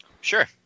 Sure